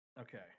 Okay